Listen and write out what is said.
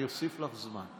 אני אוסיף לך זמן.